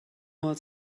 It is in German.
ohr